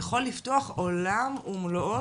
זה יכול לפתוח עולם ומלואו,